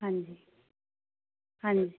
ਹਾਂਜੀ ਹਾਂਜੀ